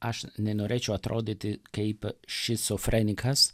aš nenorėčiau atrodyti kaip šizofrenikas